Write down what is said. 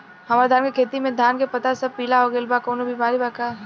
हमर धान के खेती में धान के पता सब पीला हो गेल बा कवनों बिमारी बा का?